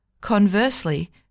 Conversely